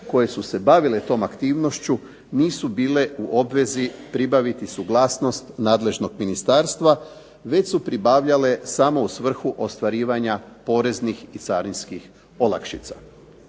koje su se bavile tom aktivnošću nisu bile u obvezi pribaviti suglasnost nadležnog ministarstva, već su pribavljale samo u svrhu ostvarivanja poreznih i carinskih olakšica.